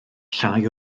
llai